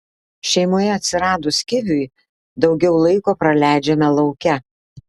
šeimoje atsiradus kiviui daugiau laiko praleidžiame lauke